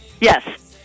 Yes